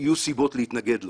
סיבות להתנגד לו.